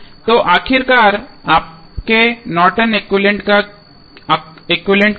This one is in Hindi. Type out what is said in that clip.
तो आखिरकार आपके नॉर्टन एक्विवैलेन्ट Nortons equivalent क्या होगा